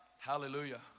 Hallelujah